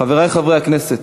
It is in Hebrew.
חברי חברי הכנסת,